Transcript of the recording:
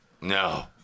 No